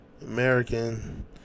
american